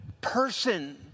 person